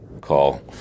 call